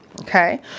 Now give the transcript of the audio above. Okay